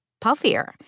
puffier